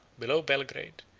below belgrade,